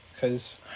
Cause